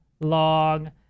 long